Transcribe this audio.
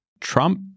Trump